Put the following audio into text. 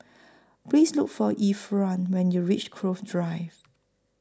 Please Look For Ephraim when YOU REACH Cove Drive